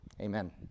Amen